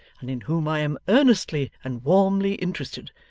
and in whom i am earnestly and warmly interested.